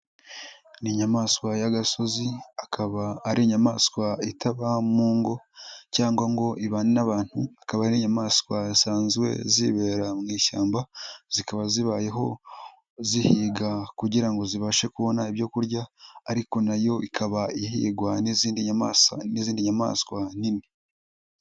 Ni inyamaswa y'agasozi, akaba ari inyamaswa itaba mu ngo cyangwa ngo ibane n'abantu, akaba ari inyamaswa zisanzwe zibera mu ishyamba, zikaba zibayeho zihiga kugira ngo zibashe kubona ibyo kurya ariko na yo ikaba ihigwa n'izindi nyamaswa nini.